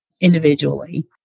individually